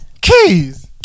Keys